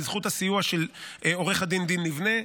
בזכות הסיוע של עורך הדין דין לבנה,